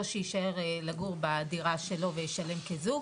או שיישאר לגור בדירה שלו ויישלם כזוג,